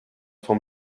vom